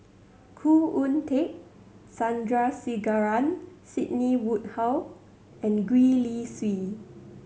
Khoo Oon Teik Sandrasegaran Sidney Woodhull and Gwee Li Sui